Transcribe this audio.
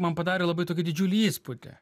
man padarė labai tokį didžiulį įspūdį